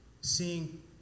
Seeing